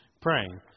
praying